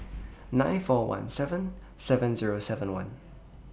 nine four one seven seven Zero seven one